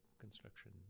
construction